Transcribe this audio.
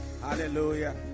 Hallelujah